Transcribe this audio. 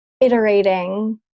iterating